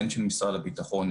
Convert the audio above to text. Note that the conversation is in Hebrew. הן של משרד הביטחון,